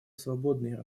свободной